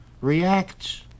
reacts